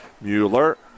Mueller